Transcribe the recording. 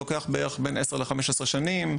לוקח בין 10 ל-15 שנים,